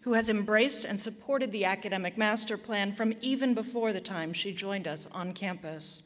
who has embraced and supported the academic master plan from even before the time she joined us on-campus.